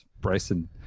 Bryson